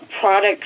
products